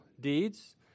deeds